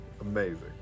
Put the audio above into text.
Amazing